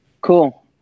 Cool